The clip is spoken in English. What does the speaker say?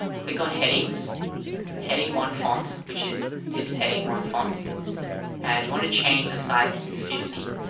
click on headings heading one font which is this heading one font and you want to change the size to fifty.